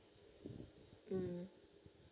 um